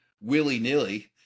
willy-nilly